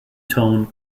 tone